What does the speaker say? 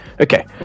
Okay